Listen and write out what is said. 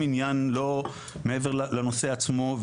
אין לי שום עניין מעבר לנושא עצמו,